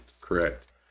correct